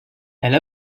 elle